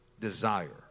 desire